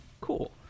Cool